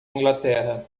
inglaterra